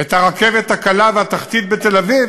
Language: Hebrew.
את הרכבת הקלה והתחתית בתל-אביב,